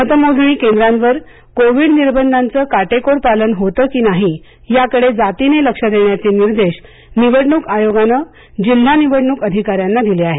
मतमोजणी केंद्रांवर कोविड निर्बंधांच काटेकोर पालन होतं की नाही याकडे जातीनं लक्ष देण्याचे निर्देश निवडणूक आयोगानं जिल्हा निवडणूक अधिकाऱ्यांना दिले आहेत